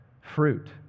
fruit